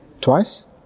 twice